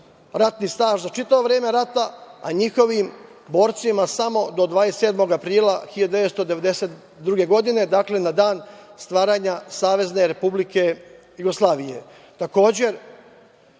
ratni staž čitavo vreme rata, a njihovim borcima samo do 27. aprila 1992. godine, dakle na dan stvaranja Savezne Republike Jugoslavije.